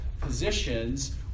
positions